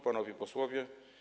Panowie Posłowie!